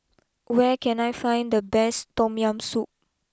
where can I find the best Tom Yam Soup